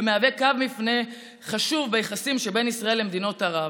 ומהווה קו מפנה חשוב ביחסים שבין ישראל למדינות ערב.